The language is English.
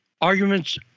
arguments